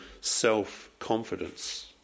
self-confidence